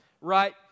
right